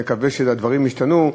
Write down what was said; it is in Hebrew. נקווה שהדברים ישתנו,